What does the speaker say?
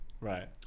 Right